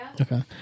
Okay